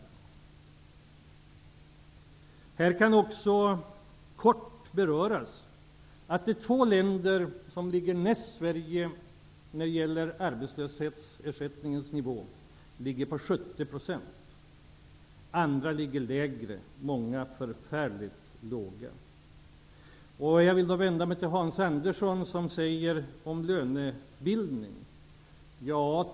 I detta sammanhang kan också kortfattat beröras att de två länder som ligger närmast efter Sverige när det gäller nivån på arbetslöshetsersättningen ligger på 70 %. Andra länder ligger lägre och många länder förfärligt lågt. Jag vill vända mig till Hans Andersson som talade om lönebildningen.